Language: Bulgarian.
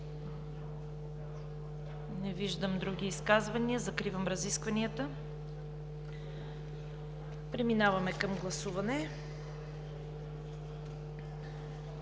заявени други изказвания. Закривам разискванията. Пристъпваме към гласуване.